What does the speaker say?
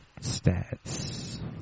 Stats